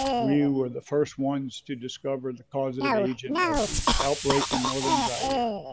we were the first ones to discover the causative agent of the outbreak in northern zaire.